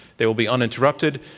they will be uninterrupted.